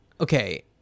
okay